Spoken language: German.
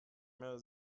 mehr